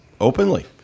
openly